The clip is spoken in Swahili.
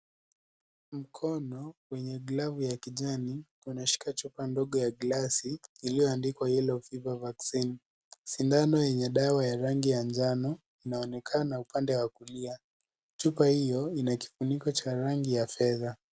Mkono wenye glavu ya kijani unashika chupa ndogo ya glasi iliyoandikwa Yellow fever Vaccine, sindano yenye dawa ya rangi ya njano inaonekana upande wa kulia, chupa hiyo ina kifuniko ya rangi ya fedha.